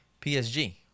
PSG